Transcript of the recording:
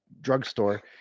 drugstore